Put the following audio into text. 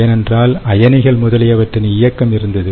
ஏனென்றால் அயனிகள் முதலியவற்றின் இயக்கம் இருந்தது